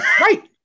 Right